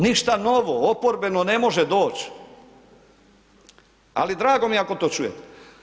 Ništa novo oporbeno ne može doći, ali drago mi je ako to čujete.